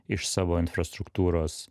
iš savo infrastruktūros